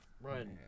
Right